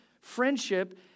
friendship